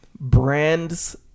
brands